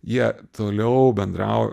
jie toliau bendrau a